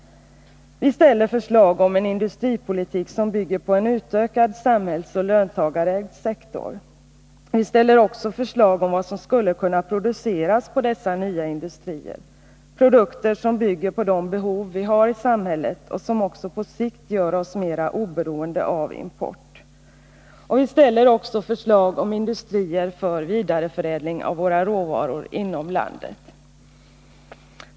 Vi ställer förslag om en industripolitik som bygger på en utökad samhällsoch löntagarägd sektor. Vi ställer också förslag om vad som skulle kunna produceras vid dessa nya industrier — produkter som bygger på de behov vi har i samhället och som också på sikt gör oss mera oberoende av import. Vidare ställer vi förslag om industrier för vidareförädling av våra råvaror inom landet.